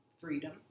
freedom